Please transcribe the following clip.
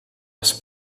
les